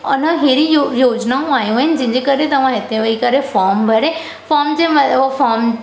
अन अहिड़ी योज योजनाऊं आयूं आहिनि जंहिं जंहिं करे तव्हां हिते वयी करे फार्म भरे फार्म जे हो फार्म